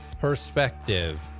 perspective